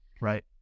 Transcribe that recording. Right